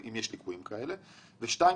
שניים,